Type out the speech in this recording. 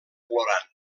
plorant